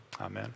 Amen